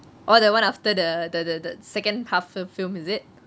oh that [one] after the the the second half a film is it